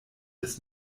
des